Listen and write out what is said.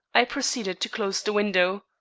i proceeded to close the window.